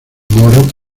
moro